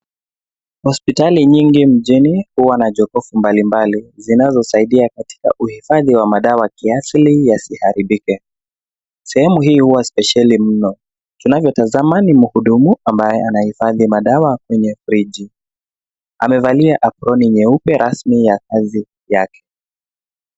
Hospitali nyingi mjini hua na jokovu mbalimbali zinazosaidia katika uhifadhi wa madawa kiasili yasiharibike, sehemu hii hua spesheli mno, tunapotazama ni mhudumu ambaye anahifadhi madawa kwenye friji, amevalia aproni nyeupe rasmi ya kazi yake.